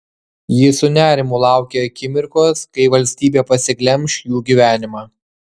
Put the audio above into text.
ji su nerimu laukė akimirkos kai valstybė pasiglemš jų gyvenimą